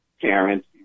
parents